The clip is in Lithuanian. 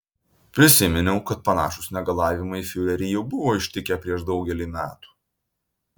prisiminiau kad panašūs negalavimai fiurerį jau buvo ištikę prieš daugelį metų